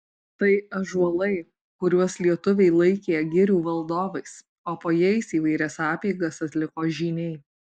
tai ąžuolai kuriuos lietuviai laikė girių valdovais o po jais įvairias apeigas atliko žyniai